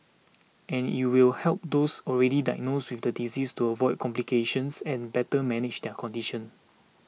and it will help those already diagnosed with the disease to avoid complications and better manage their condition